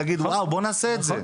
להגיב בואו נעשה את זה.